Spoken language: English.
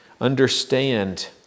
understand